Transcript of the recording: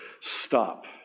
stop